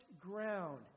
ground